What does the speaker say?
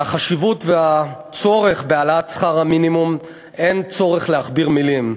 על החשיבות והצורך בהעלאת שכר מינימום אין צורך להכביר מילים.